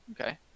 Okay